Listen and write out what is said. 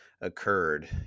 occurred